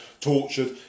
tortured